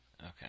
Okay